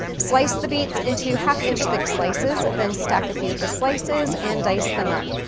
slice the beets into half inch thick slices then stack a few of the slices and dice them up.